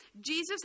Jesus